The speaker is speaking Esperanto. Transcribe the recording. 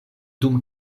dum